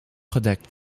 gedekt